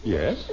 Yes